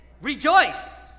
rejoice